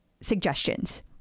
suggestions